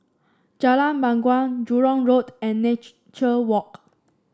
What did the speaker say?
Jalan Bangau Jurong Road and Nature Walk